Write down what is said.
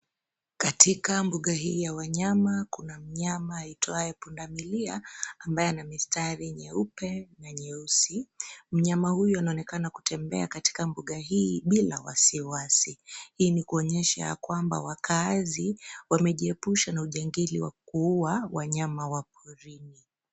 Katika mbuga hii ya wanyama, kuna mnyama aitwaye pundamilia ambaye ana mistari mieupe na mieusi. Mnyama huyu anaonekana kutembea katika mbuga hii bila wasiwasi. Hii ni kuonyesha ya kwamba wakaazi wamejihepusha na ujangili wa kuua wanyama wa porini.